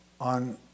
on